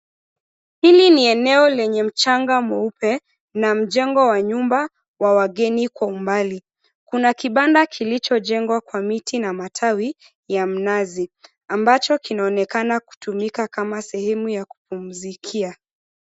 Hili ni eneo lenye mchanga mweupe na mjengo wa jumba wa wageni kwa umbali. Kuna kibanda kilichojengwa kwa miti na matawi ya mnazi ambacho kinaonekana kutumikia kama sehemu ya kupumzikia.